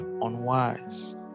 unwise